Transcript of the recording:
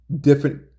different